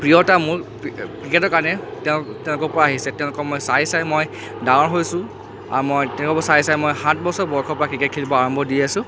প্ৰিয় এটা মূল ক্ৰিকেটৰ কাৰণে তেওঁ তেওঁলোকৰ পৰা আহিছে তেওঁলোকক চাই চাই মই ডাঙৰ হৈছোঁ আৰু মই তেওঁলোকক চাই চাই মই সাত বছৰ বয়সৰ পৰা ক্ৰিকেট খেলিব আৰম্ভ দি আছোঁ